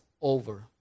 over